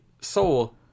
soul